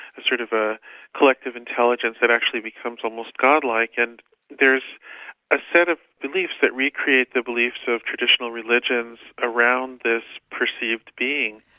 a sort of a collective intelligence that actually becomes almost god-like, and there is a set of beliefs that recreate the beliefs of traditional religions around this perceived being.